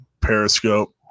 Periscope